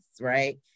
Right